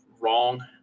wrong